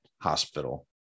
Hospital